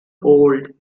old